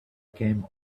came